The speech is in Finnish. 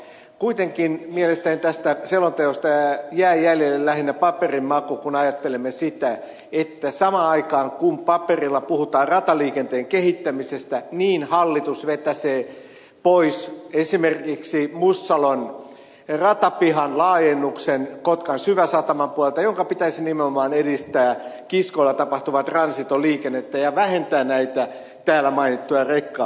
kuitenkin mielestäni tästä selonteosta jää jäljelle lähinnä paperin maku kun ajattelemme sitä että samaan aikaan kun paperilla puhutaan rataliikenteen kehittämisestä niin hallitus vetäisee pois esimerkiksi kotkan syväsataman puolelta mussalon ratapihan laajennuksen jonka pitäisi nimenomaan edistää kiskoilla tapahtuvaa transitoliikennettä ja vähentää näitä täällä mainittuja rekkaruuhkia